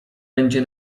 będzie